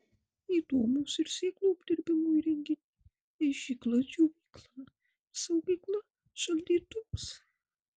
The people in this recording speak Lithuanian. įdomūs ir sėklų apdirbimo įrenginiai aižykla džiovykla ir saugykla šaldytuvas